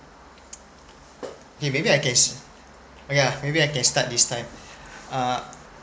!hey! maybe I can yeah maybe I can start this time uh